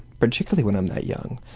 particularly when i'm that young,